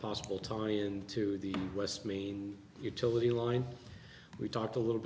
possible tony into the west mean utility line we talked a little